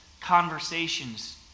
conversations